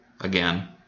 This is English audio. again